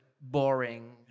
boring